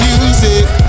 Music